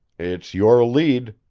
it's your lead,